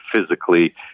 physically